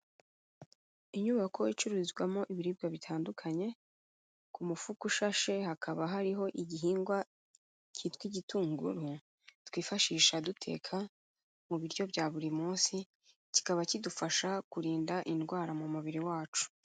Inyubako icururizwamo ibiribwa bitandukanye ku mufuka ushashe hakaba hariho igihingwa kitwa igitunguru twifashisha duteka mu biryo bya buri munsi, kikaba kidufasha kurinda indwara mu mubiri wacu.